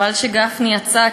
חבל שגפני יצא,